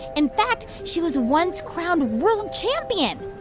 in fact, she was once crowned world champion.